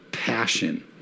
passion